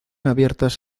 abiertas